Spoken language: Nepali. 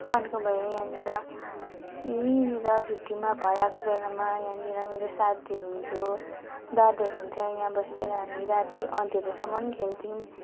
अर्को भयो यहाँनिर यहीँनिर छुट्टिमा घर आएको बेलामा यहाँनिर मेरो साथीहरू हुन्थ्यो दादाहरू हुन्थ्यो यहाँ बसेर हामी राति अँधारोसम्म खेल्थ्यौँ